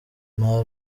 nta